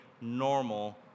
normal